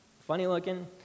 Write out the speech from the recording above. funny-looking